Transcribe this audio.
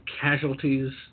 casualties